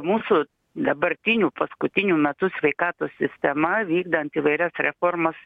mūsų dabartiniu paskutiniu metu sveikatos sistema vykdant įvairias reformas